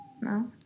No